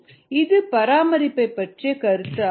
இது பராமரிப்பை பற்றிய கருத்து ஆகும்